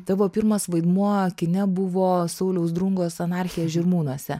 tavo pirmas vaidmuo kine buvo sauliaus drungos anarchija žirmūnuose